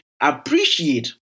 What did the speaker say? appreciate